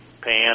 pan